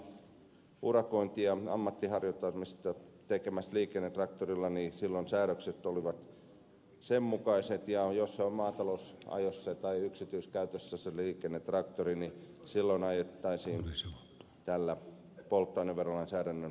silloin kun ollaan urakointia ammatin harjoittamista tekemässä liikennetraktorilla säädökset olisivat sen mukaiset ja jos se liikennetraktori on maatalousajossa tai yksityiskäytössä niin silloin ajettaisiin tällä polttoaineverolainsäädännön tyyppisellä polttoaineella